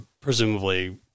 presumably